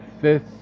fifth